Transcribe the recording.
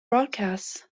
broadcasts